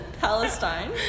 Palestine